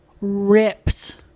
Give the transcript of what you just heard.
ripped